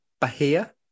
Bahia